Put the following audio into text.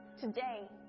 today